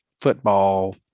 football